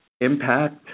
impact